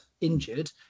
injured